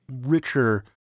richer